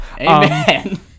Amen